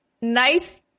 nice